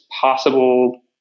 possible